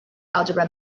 algebra